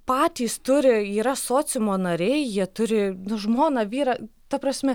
patys turi yra sociumo nariai jie turi nu žmoną vyrą ta prasme